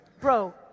Bro